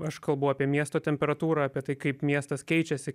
aš kalbu apie miesto temperatūrą apie tai kaip miestas keičiasi